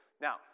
Now